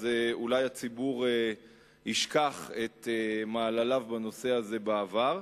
אולי הציבור ישכח את מעלליו בנושא הזה בעבר,